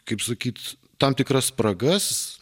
kaip sakyt tam tikras spragas